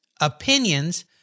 opinions